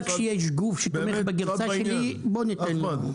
כשיש גוף שתומך בגרסה שלי בוא ניתן לו.